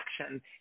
action